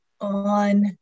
on